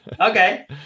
Okay